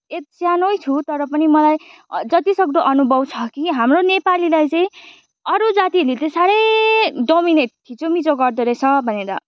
as स्यानै छु तर पनि मलाई जतिसक्दो अनुभव छ कि हाम्रो नेपालीलाई चाहिँ अरू जातिहरूले चाहिँ साह्रै डोमिनेट थिचोमिचो गर्दो रहेछ भनेर